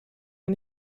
man